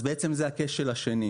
אם כן, זה הכשל השני.